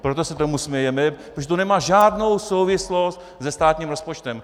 Proto se tomu smějeme, protože to nemá žádnou souvislost se státním rozpočtem.